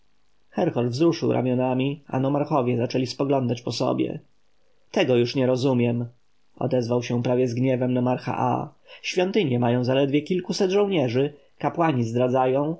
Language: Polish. wzruszył ramionami a nomarchowie zaczęli spoglądać po sobie tego już nie rozumiem odezwał się prawie z gniewem nomarcha aa świątynie mają zaledwie kilkuset żołnierzy kapłani zdradzają